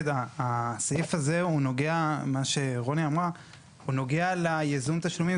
הסעיף שרוני דיברה עליו נוגע לייזום תשלומים,